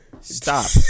stop